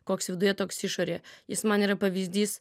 koks viduje toks išorėje jis man yra pavyzdys